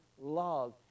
love